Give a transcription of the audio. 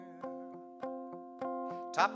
top